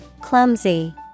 Clumsy